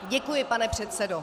Děkuji, pane předsedo.